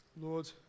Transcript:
Lord